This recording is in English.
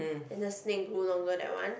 then the snake grew longer that one